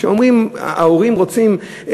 כשאומרים שההורים רוצים,